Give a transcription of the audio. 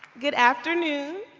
good afternoon.